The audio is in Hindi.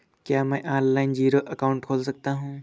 क्या मैं ऑनलाइन जीरो अकाउंट खोल सकता हूँ?